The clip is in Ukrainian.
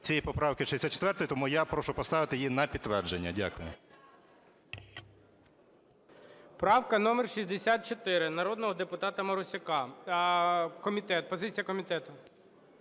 цієї поправки 64-ї. Тому я прошу поставити її на підтвердження. Дякую.